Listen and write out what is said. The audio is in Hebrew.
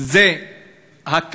אלה הקלות,